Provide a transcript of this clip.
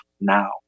now